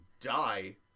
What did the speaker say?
die